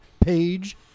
page